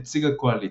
נציג הקואליציה.